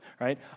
right